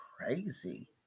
crazy